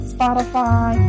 Spotify